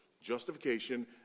justification